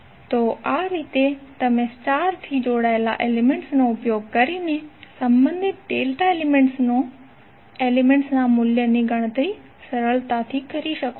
તો આ રીતે તમે સ્ટારથી જોડાયેલા એલિમેન્ટ્સ નો ઉપયોગ કરીને સંબંધિત ડેલ્ટા એલિમેન્ટ્સના મૂલ્યની ગણતરી સરળતાથી કરી શકો છો